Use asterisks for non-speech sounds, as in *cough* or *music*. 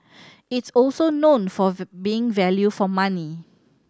it's also known for *unintelligible* being value for money